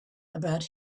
about